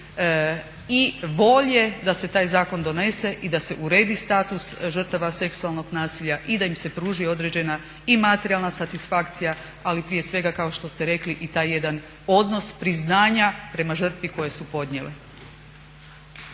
i volje da se taj zakon donese i da se uredi status žrtava seksualnog nasilja i da im se pruži određena i materijalna satisfakcija ali prije svega kao što ste rekli i taj jedan odnos priznanja prema žrtvi koju su podnijele.